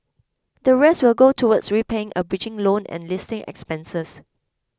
the rest will go towards repaying a bridging loan and listing expenses